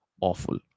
awful